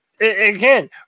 again